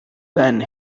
then